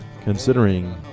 considering